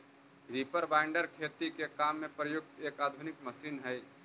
reaper binder खेती के काम में प्रयुक्त एक आधुनिक मशीन हई